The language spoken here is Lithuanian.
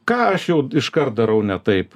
ką aš jau iškart darau ne taip